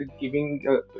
giving